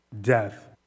death